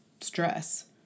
stress